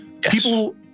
people